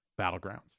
Battlegrounds